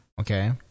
Okay